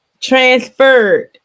transferred